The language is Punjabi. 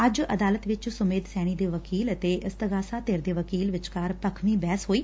ਅੱਜ ਅਦਾਲਤ ਵਿਚ ਸੁਮੇਧ ਸੈਣੀ ਦੇ ਵਕੀਲ ਅਤੇ ਇਸਤਗਾਸਾ ਧਿਰ ਦੇ ਵਕੀਲ ਵਿਚਕਾਰ ਭੱਖਵੀਂ ਬਹਿਸ ਹੋਈ